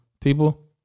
people